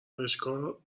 آرایشگاه